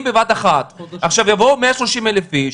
אם בבת-אחת יבואו 130,000 אנשים,